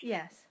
Yes